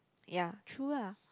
ya true ah